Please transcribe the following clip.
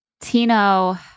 Tino